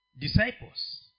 disciples